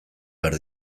behar